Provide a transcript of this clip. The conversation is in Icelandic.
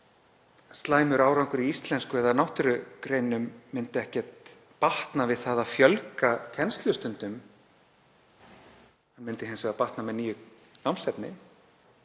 slæmur árangur í íslensku eða náttúrugreinum myndi ekkert batna við það að fjölga kennslustundum en myndi hins vegar batna með nýju námsefni